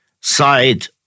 side